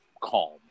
calm